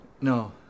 No